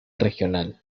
regional